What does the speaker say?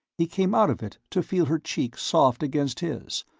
he came out of it to feel her cheek soft against his,